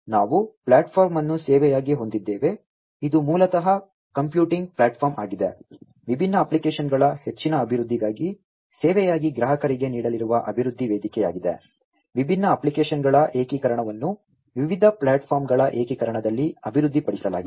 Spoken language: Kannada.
ನಾವು ಪ್ಲಾಟ್ಫಾರ್ಮ್ ಅನ್ನು ಸೇವೆಯಾಗಿ ಹೊಂದಿದ್ದೇವೆ ಇದು ಮೂಲತಃ ಕಂಪ್ಯೂಟಿಂಗ್ ಪ್ಲಾಟ್ಫಾರ್ಮ್ ಆಗಿದೆ ವಿಭಿನ್ನ ಅಪ್ಲಿಕೇಶನ್ಗಳ ಹೆಚ್ಚಿನ ಅಭಿವೃದ್ಧಿಗಾಗಿ ಸೇವೆಯಾಗಿ ಗ್ರಾಹಕರಿಗೆ ನೀಡಲಿರುವ ಅಭಿವೃದ್ಧಿ ವೇದಿಕೆಯಾಗಿದೆ ವಿಭಿನ್ನ ಅಪ್ಲಿಕೇಶನ್ಗಳ ಏಕೀಕರಣವನ್ನು ವಿವಿಧ ಪ್ಲಾಟ್ಫಾರ್ಮ್ಗಳ ಏಕೀಕರಣದಲ್ಲಿ ಅಭಿವೃದ್ಧಿಪಡಿಸಲಾಗಿದೆ